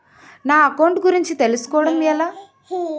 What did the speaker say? నా అకౌంట్ గురించి తెలుసు కోవడం ఎలా?